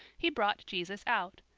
he brought jesus out,